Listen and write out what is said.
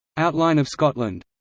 outline of scotland